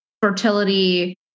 fertility